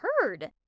heard